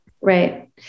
Right